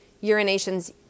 urination's